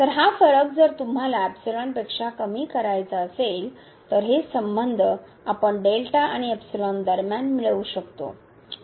तर हा फरक जर तुम्हाला पेक्षा कमी करायचा असेल तर तर हे संबंध आपण आणि दरम्यान मिळवू शकतो